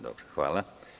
Dobro, hvala.